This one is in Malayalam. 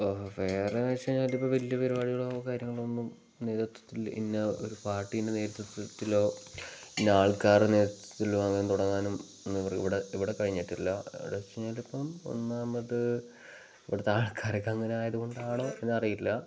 ഇപ്പോൽ വേറെന്ന് വെച്ച് കഴിഞ്ഞാൽ ഇപ്പം വലിയ പരിപാടികളോ കാര്യങ്ങളൊന്നും നേതൃത്വത്തിൽ ഇന്ന ഒരു പാർട്ടീൻ്റെ നേതൃത്വത്തിലോ ഇന്ന ആൾക്കാർ നേതൃത്വത്തിലോ അങ്ങനെ തുടങ്ങാനും ഒന്ന് ഇവിടെ ഇവിടെ കഴിഞ്ഞിട്ടില്ല എവിടെ വച്ച് കഴിഞ്ഞാൽ ഇപ്പം ഒന്നാമത് ഇവിടുത്തെ ആൾക്കാരൊക്കെ അങ്ങനെ ആയതു കൊണ്ടാണോ എന്നറിയില്ല